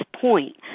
point